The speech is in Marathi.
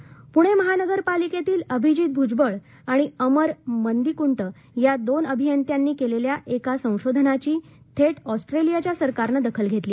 संशोधन पुणे महानगरपालिकेतील अभिजित भूजवळ आणि अमर मदिकृंट या दोन अभियंत्यांनी केलेल्या एका संशोधनाची थेट ऑस्ट्रेलियाच्या सरकारनं दखल घेतली